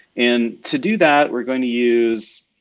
and to do that, we're going to use